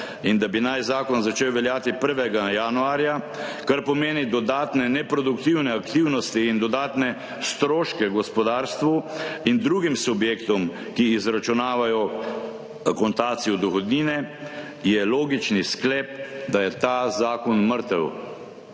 (nadaljevanje) kar pomeni dodatne neproduktivne aktivnosti in dodatne stroške gospodarstvu in drugim subjektom, ki izračunavajo akontacijo dohodnine, je logični sklep, da je ta zakon mrtev.